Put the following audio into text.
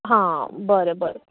हां बरें बरें